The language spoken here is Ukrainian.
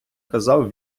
казав